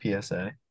PSA